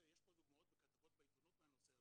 יש פה דוגמאות וכתבות בעיתונות בנושא הזה,